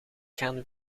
gaan